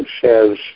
says